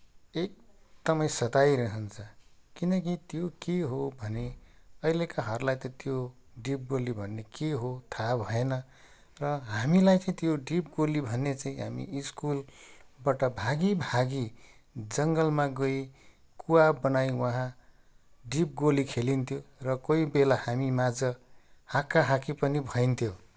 एकदमै सताइरहन्छ किनकि त्यो के हो भने अहिलेकाहरूलाई त त्यो डिपगोली भन्ने के हो थाह भएन र हामीलाई त त्यो डिपगोली भन्ने चाहिँ हामी स्कुलबाट भागिभागि जङ्गलमा गइ कुवा बनाइ वहाँ डिपगोली खेलिन्थ्यो र कोही बेला हामी माझ हाकाहाकी पनि भइन्थ्यो